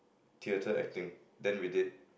theatre acting then we did